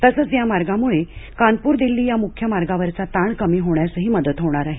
तसंच या मार्गामुळं कानपूर दिल्ली या मुख्य मार्गावरचा ताण कमी होण्यासही मदत होणार आहे